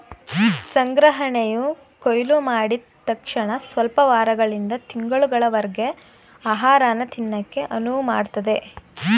ಸಂಗ್ರಹಣೆಯು ಕೊಯ್ಲುಮಾಡಿದ್ ತಕ್ಷಣಸ್ವಲ್ಪ ವಾರಗಳಿಂದ ತಿಂಗಳುಗಳವರರ್ಗೆ ಆಹಾರನ ತಿನ್ನಕೆ ಅನುವುಮಾಡ್ತದೆ